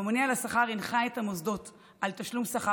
הממונה על השכר הנחה את המוסדות על תשלום שכר